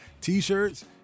T-shirts